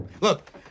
Look